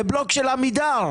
בבלוק של עמידר,